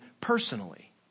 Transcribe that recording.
personally